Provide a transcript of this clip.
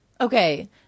okay